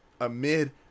amid